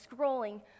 scrolling